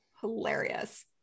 Hilarious